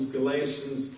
Galatians